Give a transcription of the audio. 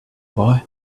boy